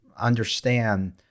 understand